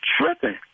tripping